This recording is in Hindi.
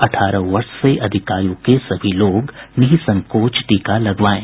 अठारह वर्ष से अधिक आयु के सभी लोग निःसंकोच टीका लगवाएं